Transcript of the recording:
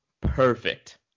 perfect